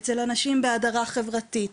אצל אנשים בהדרה חברתית,